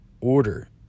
order